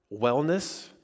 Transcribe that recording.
wellness